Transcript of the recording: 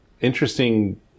interesting